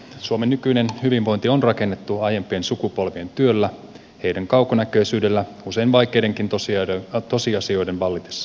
suomen nykyinen hyvinvointi on rakennettu aiempien sukupolvien työllä niiden kaukonäköisyydellä usein vaikeidenkin tosiasioiden vallitessa